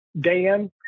Dan